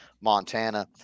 Montana